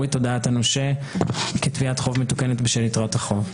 את הודעת הנושה כתביעת חוב מתוקנת בשל יתרת החוב".